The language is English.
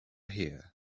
here